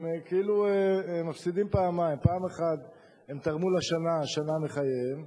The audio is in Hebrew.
הם כאילו מפסידים פעמיים: פעם אחת הם תרמו שנה מחייהם,